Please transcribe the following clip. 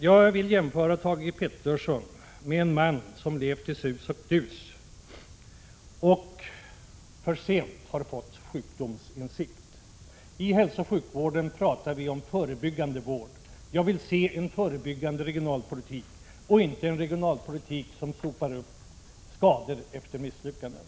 Jag vill jämföra Thage Peterson med en man som levt i sus och dus och för sent har fått sjukdomsinsikt. I hälsooch sjukvården talar vi om förebyggande vård. Jag vill se en förebyggande regionalpolitik och inte en regionalpolitik som sopar upp skador efter misslyckanden.